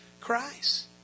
Christ